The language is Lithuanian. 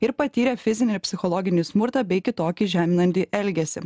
ir patyrė fizinį ir psichologinį smurtą bei kitokį žeminantį elgesį